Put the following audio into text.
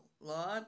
Lord